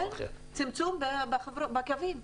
צמצום בקווים.